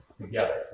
together